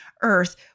earth